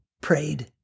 prayed